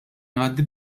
ngħaddi